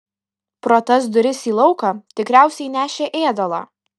pro tas duris į lauką tikriausiai nešė ėdalą